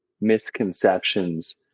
misconceptions